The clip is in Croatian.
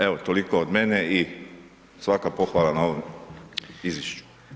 Evo toliko od mene i svaka pohvala na ovom izvješću.